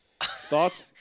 Thoughts